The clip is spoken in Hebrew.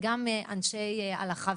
וקיבלנו באמת גם הבוקר,